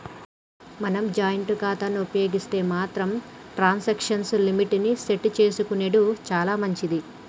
మనం జాయింట్ ఖాతాను ఉపయోగిస్తే మాత్రం ట్రాన్సాక్షన్ లిమిట్ ని సెట్ చేసుకునెడు చాలా మంచిది